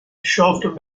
shoved